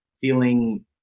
feeling